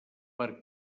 per